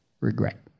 regret